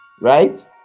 Right